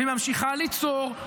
והיא ממשיכה ליצור,